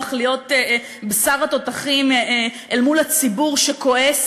להיות בשר התותחים אל מול הציבור שכועס,